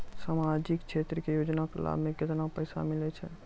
समाजिक क्षेत्र के योजना के लाभ मे केतना पैसा मिलै छै?